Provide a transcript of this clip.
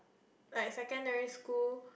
like secondary school